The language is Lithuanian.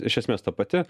iš esmės ta pati